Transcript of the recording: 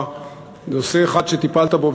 נושא אחד שטיפלת בו,